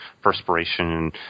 perspiration